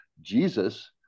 Jesus